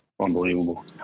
Unbelievable